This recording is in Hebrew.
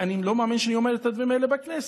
אני לא מאמין שאני אומר את הדברים האלה בכנסת.